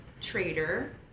trader